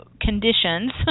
conditions